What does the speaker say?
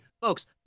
folks